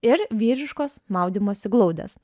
ir vyriškos maudymosi glaudės